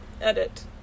Edit